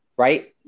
Right